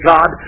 God